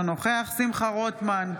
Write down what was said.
אינו נוכח שמחה רוטמן,